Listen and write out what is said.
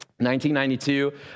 1992